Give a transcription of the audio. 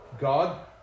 God